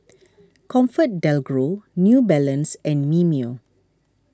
ComfortDelGro New Balance and Mimeo